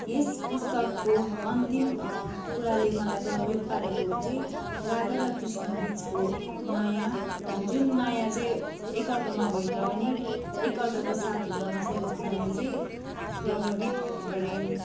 यस पुस्तकको अन्तिम कुराले मलाई प्रभावित पारेको चाहिँ राधा र कृष्ण बिचको माया जुन माया चाहिँ एक अर्कामा भए तापनि एक अर्काकोसाथ हुन नसकेको कुराले चाहिँ प्रभावित गऱ्यो